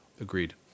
Agreed